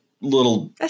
little